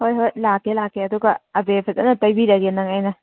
ꯍꯣꯏ ꯍꯣꯏ ꯂꯥꯛꯀꯦ ꯂꯥꯛꯀꯦ ꯑꯗꯨꯒ ꯑꯕꯦꯔ ꯐꯖꯟꯅ ꯇꯩꯕꯤꯔꯒꯦ ꯅꯪ ꯑꯩꯅ